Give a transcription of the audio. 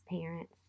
parents